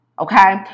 Okay